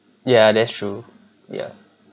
yeah that's true yeah